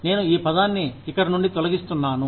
నేను ఈ పదాన్ని ఇక్కడి నుండి తొలగిస్తున్నాను